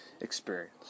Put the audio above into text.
experience